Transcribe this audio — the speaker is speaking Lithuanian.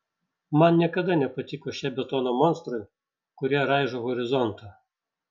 man niekada nepatiko šie betono monstrai kurie raižo horizontą